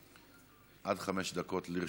עד חמש דקות לרשותך.